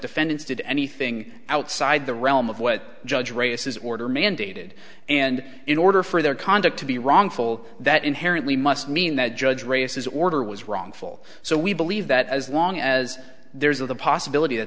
defendants did anything outside the realm of what judge races order mandated and in order for their conduct to be wrongful that inherently must mean that judge races order was wrongful so we believe that as long as there is of the possibility that